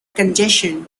congestion